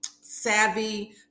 savvy